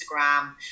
instagram